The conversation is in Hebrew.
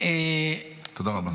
תודה רבה.